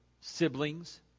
siblings